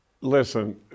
Listen